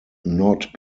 not